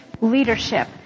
leadership